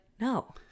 no